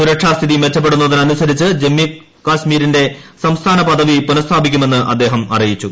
സുരക്ഷാസ്ഥിതി മെച്ചപ്പെടുന്നതനുസരിച്ച് ജമ്മു കാശ്മീരിന്റെ സംസ്ഥാനപദവി പുനഃസ്ഥാപിക്കുമെന്ന് അദ്ദേഹം അറിയിച്ചു